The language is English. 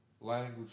language